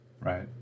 Right